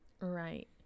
right